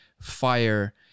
fire